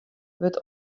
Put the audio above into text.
wurdt